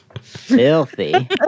Filthy